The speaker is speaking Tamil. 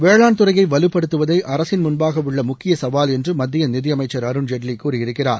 வேளாண்துறையை வலுப்படுத்துவதே அரசின் முன்பாக உள்ள முக்கிய சவால் என்று மத்திய நிதியமைச்சர் அருண்ஜேட்லி கூறியிருக்கிறார்